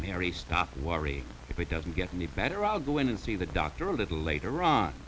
mary stop worrying if it doesn't get any better i'll go in and see the doctor a little later on